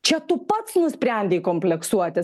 čia tu pats nusprendei kompleksuotis